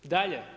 Dalje.